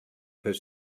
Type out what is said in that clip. his